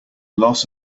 loss